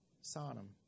Sodom